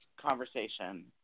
conversation